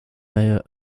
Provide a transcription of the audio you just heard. mayor